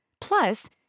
Plus